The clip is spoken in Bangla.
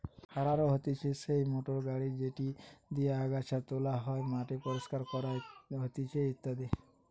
হাররো হতিছে সেই মোটর গাড়ি যেটি দিয়া আগাছা তোলা হয়, মাটি পরিষ্কার করা হতিছে ইত্যাদি